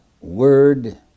word